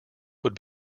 would